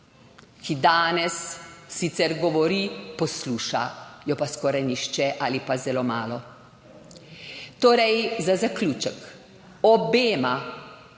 ki danes sicer govori, posluša jo pa skoraj nihče ali pa zelo malo. Torej za zaključek. Obema,